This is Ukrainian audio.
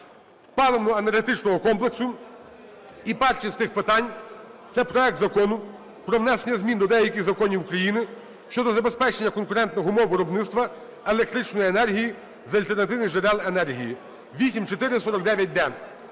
паливно-енергетичного комплексу. І перший з тих питань – це проект Закону про внесення змін до деяких законів України щодо забезпечення конкурентних умов виробництва електричної енергії з альтернативних джерел енергії (8449-д).